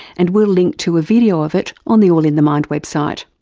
and we'll link to a video of it on the all in the mind website.